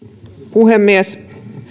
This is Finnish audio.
puhemies